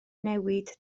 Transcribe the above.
newid